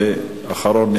ואחרון,